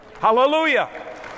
Hallelujah